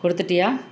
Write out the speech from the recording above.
கொடுத்துட்டியா